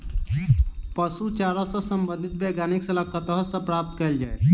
पशु चारा सऽ संबंधित वैज्ञानिक सलाह कतह सऽ प्राप्त कैल जाय?